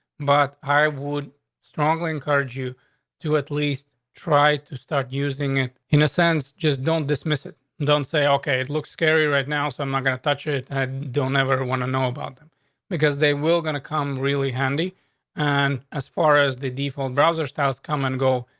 but i would strongly encourage you to at least try to start using it. in a sense, just don't dismiss it. don't say okay. it looks scary right now, so i'm not gonna touch it. i don't never want to know about them because they will gonna come really handy on and as faras. the default browser styles come and go.